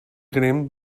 grimm